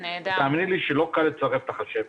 ותאמיני לי שלא קל לצרף את החשבת.